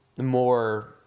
more